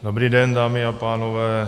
Dobrý den, dámy a pánové.